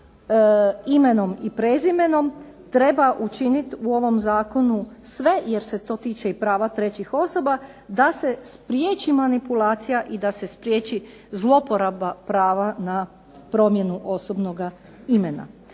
imenom i prezimenom, treba učiniti u ovom zakonu sve jer se to tiče i prava trećih osoba da se spriječi manipulacija i da se spriječi zloporaba na promjenu osobnog imena.